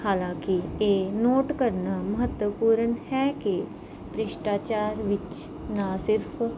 ਹਾਲਾਂਕਿ ਇਹ ਨੋਟ ਕਰਨਾ ਮਹੱਤਵਪੂਰਨ ਹੈ ਕਿ ਭ੍ਰਿਸ਼ਟਾਚਾਰ ਵਿੱਚ ਨਾ ਸਿਰਫ਼